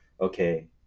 okay